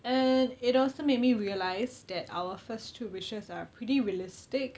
and it also made me realise that our first two wishes are pretty realistic